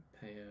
pay